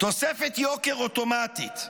תוספת יוקר אוטומטית,